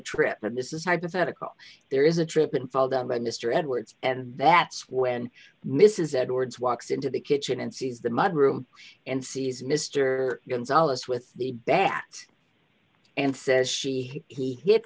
trip that this is hypothetical there is a trip and fall down but mr edwards and that's when mrs edwards walks into the kitchen and sees the mud room and sees mr gonzales with the bat and says she he hit